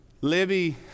Libby